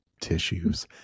tissues